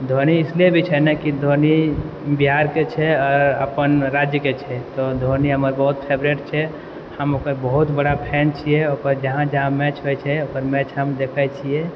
धोनी इसलिए भी छै ने की धोनी बिहार के छै आओर अपन राज्यके छै तऽ धोनी हमर बहुत फेवरेट छै हम ओकर बहुत बड़ा फैन छियै ओकर जहाँ जहाँ मैच होइ छै ओकर मैच हम देखै छियै